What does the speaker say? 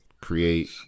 create